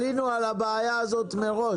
עלינו על הבעיה הזאת מראש.